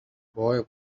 boy